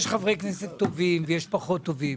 יש חברי כנסת טובים ויש פחות טובים,